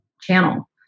channel